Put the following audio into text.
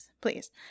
please